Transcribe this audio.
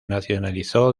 nacionalizó